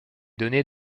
données